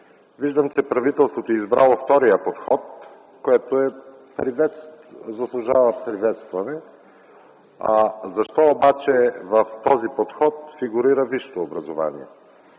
Виждам, че правителството е избрало втория подход, което заслужава приветстване. Защо обаче в този подход фигурира висшето образование?